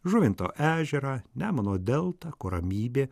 žuvinto ežerą nemuno deltą kur ramybė